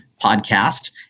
podcast